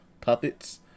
puppets